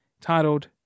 titled